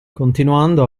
continuando